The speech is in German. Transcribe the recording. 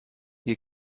ihr